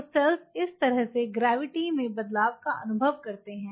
तो सेल्स इस तरह से ग्रेविटी में बदलाव का अनुभव करते हैं